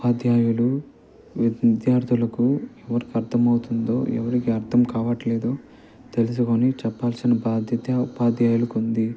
ఉపాధ్యాయులు విద్యార్థులకు ఎవరికి అర్థమవుతుందో ఎవరికిీ అర్థం కావట్లేదో తెలుసుకుని చెప్పాల్సిన బాధ్యత ఉపాధ్యాయులుకు ఉంది